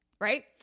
Right